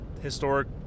historic